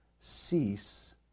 Cease